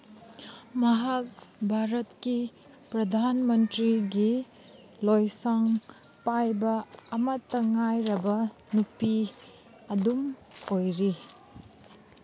ꯃꯍꯥꯛ ꯚꯥꯔꯠꯀꯤ ꯄ꯭ꯔꯙꯥꯟ ꯃꯟꯇ꯭ꯔꯤꯒꯤ ꯂꯣꯏꯁꯪ ꯄꯥꯏꯕ ꯑꯝꯇꯪ ꯉꯥꯏꯔꯕ ꯅꯨꯄꯤ ꯑꯗꯨꯝ ꯑꯣꯏꯔꯤ